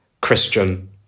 Christian